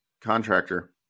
contractor